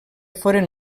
foren